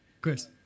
Chris